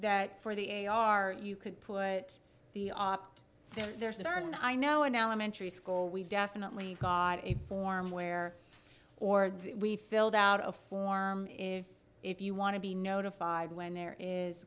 that for the a r u could put the opt there's a certain i know an elementary school we've definitely got a form where or we filled out a form if if you want to be notified when there is